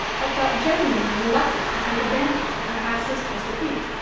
have felt genuinely reluctant to take advantage of her half-sister's defeat.